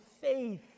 faith